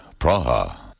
Praha